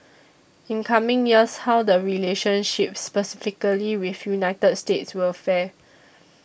in coming years how the relationship specifically with United States will fare